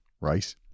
right